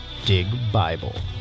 DIGBIBLE